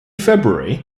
february